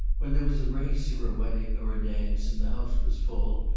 when there was a race or a wedding, or a dance, and the house was full,